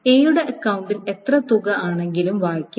എയുടെ അക്കൌണ്ടിൽ എത്ര തുക ആണെങ്കിലും വായിക്കും